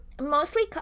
Mostly